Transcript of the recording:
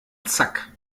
zack